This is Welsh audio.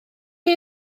chi